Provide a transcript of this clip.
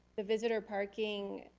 the visitor parking,